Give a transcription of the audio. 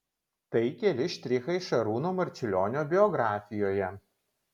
tai keli štrichai šarūno marčiulionio biografijoje